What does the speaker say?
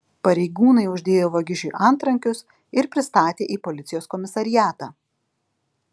pareigūnai uždėjo vagišiui antrankius ir pristatė į policijos komisariatą